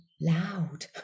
loud